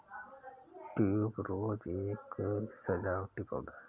tuberose एक सजावटी पौधा है